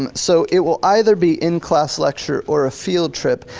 um so it will either be in class lecture or a field trip.